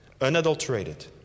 unadulterated